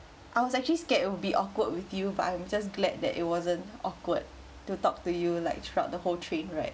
I was actually scared it will be awkward with you but I am just glad that it wasn't awkward to talk to you like throughout the whole train right